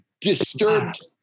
Disturbed